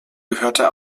gehörte